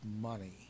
money